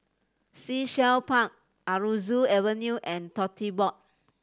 Sea Shell Park Aroozoo Avenue and Tote Board